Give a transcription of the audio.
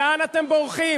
לאן אתם בורחים?